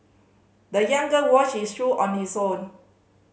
the young girl washed his shoe on his own